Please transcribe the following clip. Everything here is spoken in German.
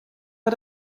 war